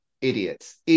idiots